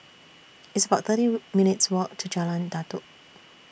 It's about thirty minutes' Walk to Jalan Datoh